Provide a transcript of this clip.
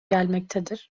gelmektedir